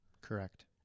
correct